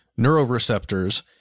neuroreceptors